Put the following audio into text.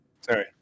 Sorry